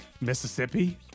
Mississippi